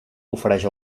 ofereix